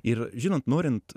ir žinant norint